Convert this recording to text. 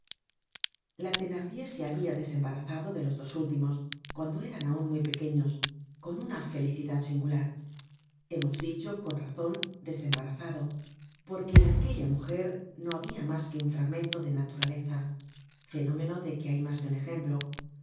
la thenardier se habia desembarazado de los dos últimos cuando eran aun muy pequeños con una felicidad singular hemos dicho con razon desembarazado porque en aquella mujer no habia mas que un fragmento de naturaleza fenómeno de que hay mas de un ejemplo